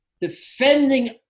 defending